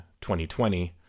2020